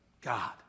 God